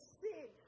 sin